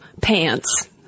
pants